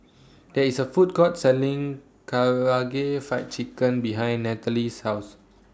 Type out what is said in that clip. There IS A Food Court Selling Karaage Fried Chicken behind Nathaly's House